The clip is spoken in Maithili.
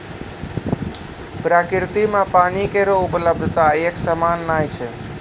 प्रकृति म पानी केरो उपलब्धता एकसमान नै छै